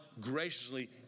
graciously